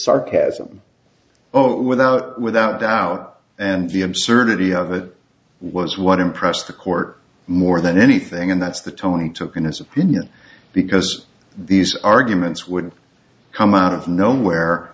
sarcasm oh it without without doubt and the absurdity of it was what impressed the court more than anything and that's the tony took in his opinion because these arguments would come out of nowhere